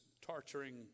torturing